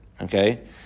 okay